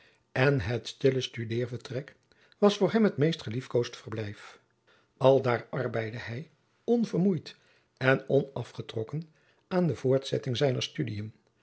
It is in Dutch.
en het stille studeervertrek was voor hem het meest geliefkoosd verblijf aldaar arbeidde hij onvermoeid en onafgetrokken aan de voortzetting zijner studiën